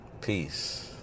Peace